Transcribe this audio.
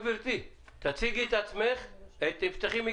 באחד התיקונים הקודמים תיקנו והעברנו את האחריות לפתיחת החלונות